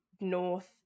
North